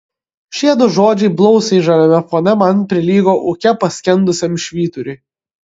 šie du žodžiai blausiai žaliame fone man prilygo ūke paskendusiam švyturiui